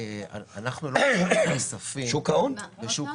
אנחנו לא משקיעים כספים בשוק ההון.